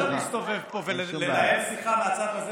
אי-אפשר להסתובב פה ולנהל שיחה מהצד הזה